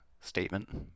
statement